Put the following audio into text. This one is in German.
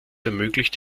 ermöglicht